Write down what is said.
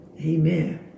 Amen